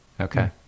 Okay